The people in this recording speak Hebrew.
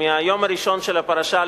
מהיום הראשון לפרשה,